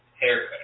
haircut